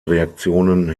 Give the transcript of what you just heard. reaktionen